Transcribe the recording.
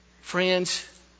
friends